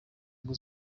ngo